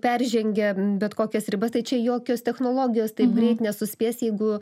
peržengia bet kokias ribas tai čia jokios technologijos taip greit nesuspės jeigu